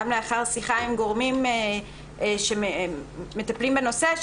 גם לאחר שיחה עם גורמים שמטפלים בנושא,